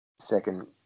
second